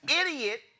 idiot